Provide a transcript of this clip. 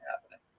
happening